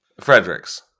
Fredericks